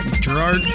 Gerard